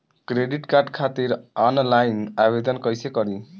Credit card खातिर online आवेदन कइसे करि?